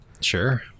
Sure